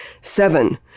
Seven